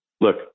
look